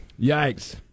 Yikes